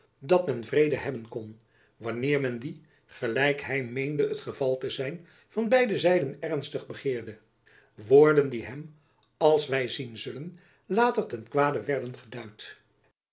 dat men vrede hebben kon wanneer men dien gelijk hy meende het geval te zijn van beide zijden ernstig begeerde woorden die hem als wy zien zullen later ten kwade werden geduid